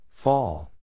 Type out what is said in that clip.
Fall